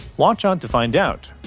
watch on to find out.